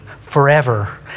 forever